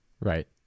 Right